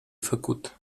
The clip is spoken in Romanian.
făcut